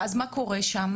מה קורה אז?